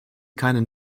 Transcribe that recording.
keinen